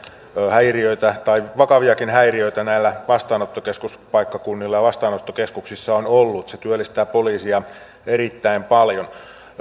häiriöitä tai vakaviakin häiriöitä näillä vastaanottokeskuspaikkakunnilla ja vastaanottokeskuksissa on ollut se työllistää poliisia erittäin paljon